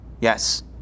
Yes